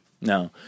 No